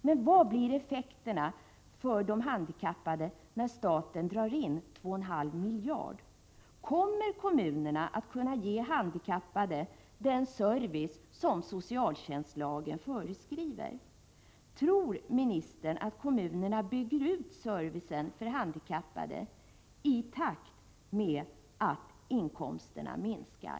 Vad blir effekterna för de handikappade när staten drar in 2,5 miljarder? Kommer kommunerna att kunna ge handikappade den service som socialtjänstlagen föreskriver? Tror ministern att kommunerna bygger ut servicen för handikappade när inkomsterna minskar?